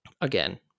Again